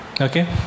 Okay